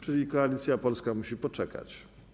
Czyli Koalicja Polska musi poczekać.